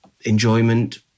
enjoyment